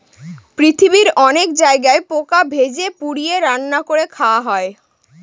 পৃথিবীর অনেক জায়গায় পোকা ভেজে, পুড়িয়ে, রান্না করে খাওয়া হয়